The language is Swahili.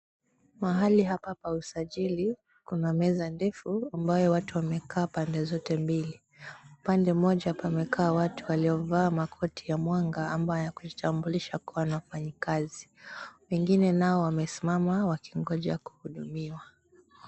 Mahali hapa pa usajili, kuna meza ndefu, ambayo watu wamekaa pande zote mbili. Upande mmoja pamekaa watu waliovaa makoti ya mwanga ambayo yakujitambulisha kuwa ni wafanyakazi. Wengine nao wamesimama, wakingoja kuhudumiwa.